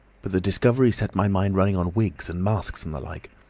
but the discovery set my mind running on wigs and masks and the like.